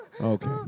okay